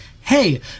hey